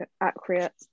accurate